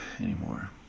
anymore